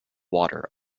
water